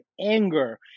anger